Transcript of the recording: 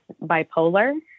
bipolar